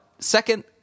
Second